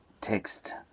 text